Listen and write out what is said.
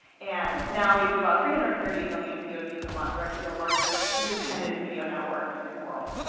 and now we do about three hundred and thirty million video views a month. we are actually the largest independent video network in the world,